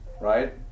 right